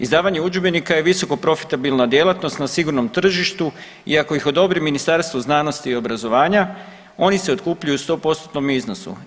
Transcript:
Izdavanje udžbenika je visoko profitabilna djelatnost na sigurnom tržištu i ako ih odobri Ministarstvo znanosti i obrazovanja oni se otkupljuju u 100% iznosu.